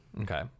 Okay